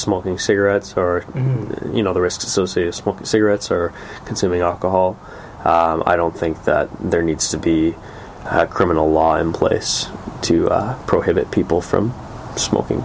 thing cigarettes or you know the risks associated with cigarettes or consuming alcohol i don't think that there needs to be a criminal law in place to prohibit people from smoking